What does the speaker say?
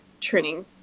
training